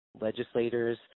legislators